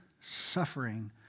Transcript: suffering